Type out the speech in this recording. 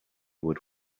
would